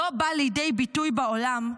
לא בא לידי ביטוי בעולם,